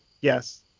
Yes